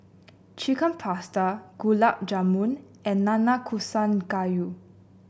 Chicken Pasta Gulab Jamun and Nanakusa Gayu